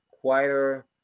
quieter